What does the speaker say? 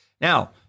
Now